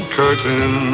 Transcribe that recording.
curtain